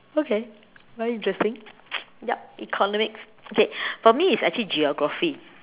okay very interesting yup economics okay for me is actually geography